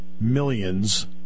millions